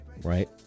right